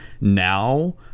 now